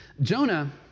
Jonah